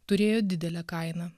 turėjo didelę kainą